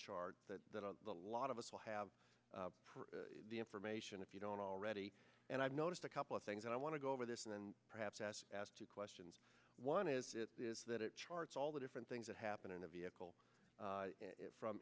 charge that a lot of us will have the information if you don't already and i've noticed a couple of things and i want to go over this and perhaps as asked two questions one is it this that it charts all the different things that happen in a vehicle from